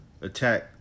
attack